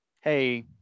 hey